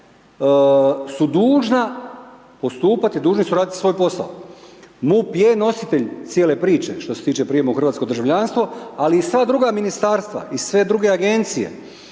su dužna postupati, dužni su raditi svoj posao. MUP je nositelj cijele priče što se tiče prijema u hrvatsko državljanstvo ali i sva druga ministarstva i sve druge agencije